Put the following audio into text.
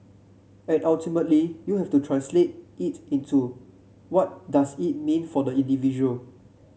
and ultimately you have to translate it into what does it mean for the individual